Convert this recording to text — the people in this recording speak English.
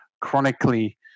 chronically